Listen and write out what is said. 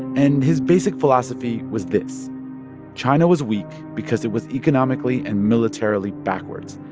and his basic philosophy was this china was weak because it was economically and militarily backwards.